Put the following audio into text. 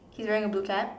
he's wearing a blue cap